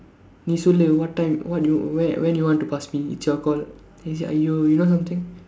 நீ சொல்லு:nii sollu what time what you when when you want to pass me it's your call then he said !aiyo! you know something